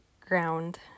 ground